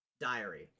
Diary